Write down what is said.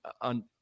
on